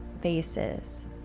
faces